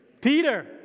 Peter